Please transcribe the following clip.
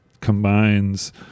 combines